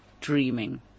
dreaming